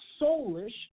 soulish